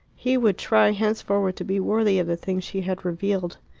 he would try henceforward to be worthy of the things she had revealed.